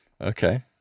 Okay